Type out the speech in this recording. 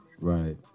Right